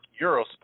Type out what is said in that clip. Eurosport